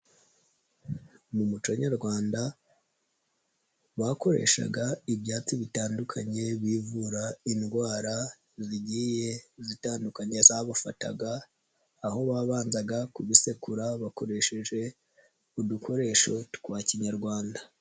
Mu muco nyarwanda bakoreshaga ibyatsi bitandukanye bivura indwara zigiye zitandukanye zabafataga, aho babanzaga kubisekura bakoresheje udukoresho twa kinyarwanda.